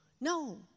No